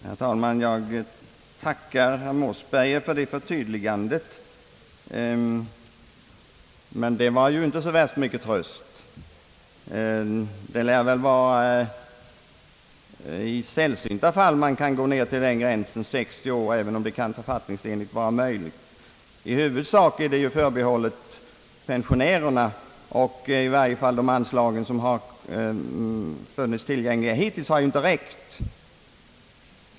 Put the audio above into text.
Herr talman! Jag tackar herr Mossberger för det förtydligande som han nu gjorde, men det innebär ju inte så värst stor tröst. Det lär vara i sällsynta fall som man går ned till gränsen 60 år, även om det författningsenligt är möjligt. Stödet är i huvudsak förbehållet pensionärerna, och de anslag som hittills varit tillgängliga har i varje fall inte varit tillräckliga.